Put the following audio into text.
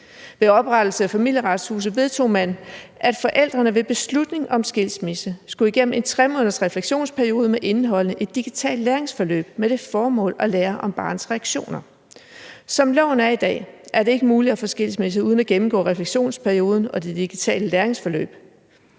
Ved oprettelsen af Familieretshuset vedtog man, at forældrene ved beslutningen om skilsmisse skulle igennem en refleksionsperiode på 3 måneder indeholdende et digitalt læringsforløb med det formål at lære om barnets reaktioner. Som loven er i dag, er det ikke muligt at få skilsmisse uden at gennemføre refleksionsperioden og det digitale læringsforløb,